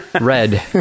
Red